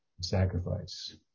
sacrifice